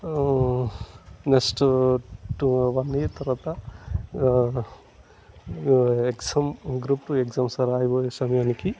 next to one year తర్వాత exam group two exams రాయబోయే సమయానికి